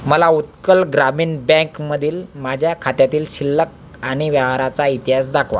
मला उत्कल ग्रामीण बँकमधील माझ्या खात्यातील शिल्लक आणि व्यवहाराचा इतिहास दाखवा